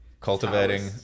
Cultivating